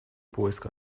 поиск